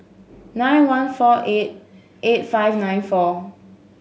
nine one four eight eight five nine four